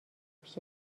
پیش